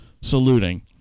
saluting